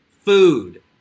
food